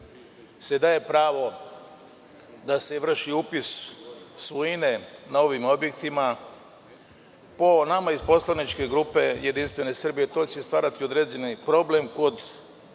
se daje pravo da se vrši upis svojine na ovim objektima. Po nama iz poslaničke grupe JS to će stvarati određene probleme kod